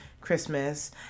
Christmas